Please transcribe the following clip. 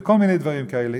בכל מיני דברים כאלה.